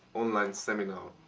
online seminar.